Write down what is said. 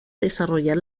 desarrollar